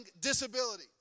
disability